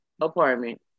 apartment